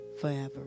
forever